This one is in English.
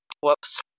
Whoops